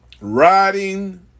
riding